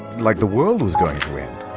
like the world was going to end.